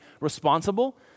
responsible